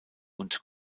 und